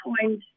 point